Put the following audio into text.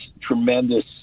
tremendous